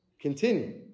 continue